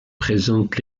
présente